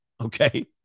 Okay